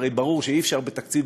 הרי ברור שאי-אפשר בתקציב,